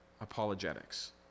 apologetics